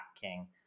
King